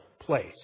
place